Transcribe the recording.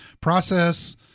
process